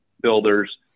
builders